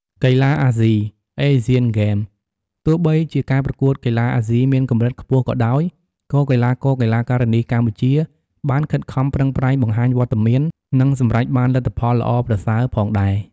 កីឡាអាស៊ី Asian Games ទោះបីជាការប្រកួតកីឡាអាស៊ីមានកម្រិតខ្ពស់ក៏ដោយ ក៏កីឡាករ-កីឡាការិនីកម្ពុជាបានខិតខំប្រឹងប្រែងបង្ហាញវត្តមាន និងសម្រេចបានលទ្ធផលល្អប្រសើរផងដែរ។